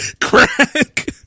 Crack